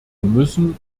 müssen